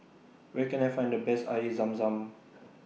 Where Can I Find The Best Air Zam Zam